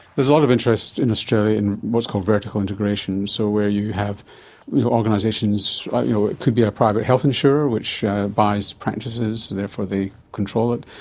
there's a lot of interest in australia in what's called vertical integration, so where you have you know organisations, like, you know, it could be a private health insurer, which buys practices, therefore they control it,